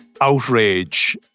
outrage